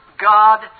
God